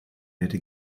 nette